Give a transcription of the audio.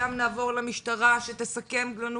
אתה מסכם לנו